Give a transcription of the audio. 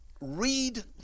read